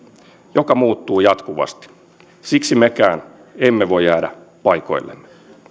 joka muuttuu jatkuvasti siksi mekään emme voi jäädä paikoillemme